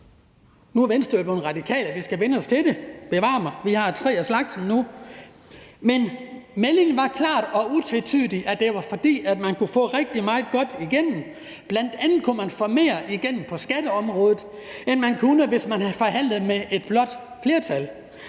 mig vel, vi har tre af slagsen nu – var, at man kunne få rigtig meget godt igennem. Bl.a. kunne man få mere igennem på skatteområdet, end man kunne, hvis man havde forhandlet med et blåt flertal.